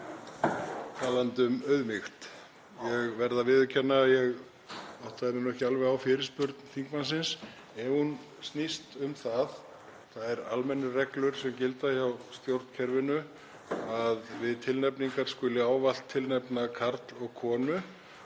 Talandi um auðmýkt þá verð ég að viðurkenna að ég áttaði mig ekki alveg á fyrirspurn þingmannsins. Ef hún snýst um þær almennu reglur sem gilda í stjórnkerfinu, að við tilnefningar skuli ávallt tilnefna karl og konu